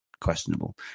questionable